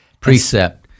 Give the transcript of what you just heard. Precept